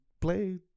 play